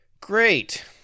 Great